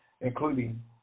including